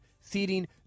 seating